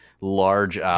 large